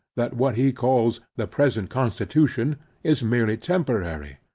that what he calls the present constitution is merely temporary.